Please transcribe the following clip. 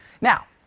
Now